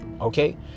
okay